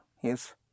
Yes